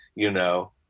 you know,